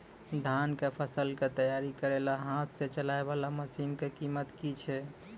धान कऽ फसल कऽ तैयारी करेला हाथ सऽ चलाय वाला मसीन कऽ कीमत की छै?